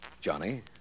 Johnny